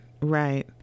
Right